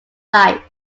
life